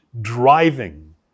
driving